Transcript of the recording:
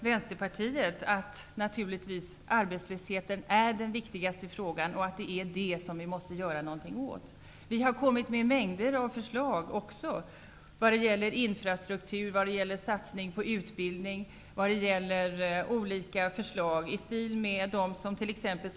Vänsterpartiet tycker naturligtvis också att arbetslösheten är den viktigaste frågan och att man man måste göra något åt den. Vi har kommit med mängder av förslag när det gäller infrastruktur och satsningar på utbildning. Vi har också kommit med många olika förslag i stil med dem som t.ex.